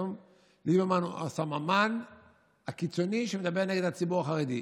היום ליברמן הוא הסמן הקיצוני שמדבר נגד הציבור החרדי.